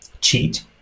cheat